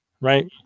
right